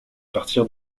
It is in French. partir